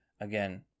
again